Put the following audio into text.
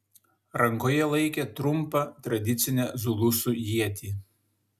rankoje laikė trumpą tradicinę zulusų ietį